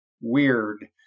weird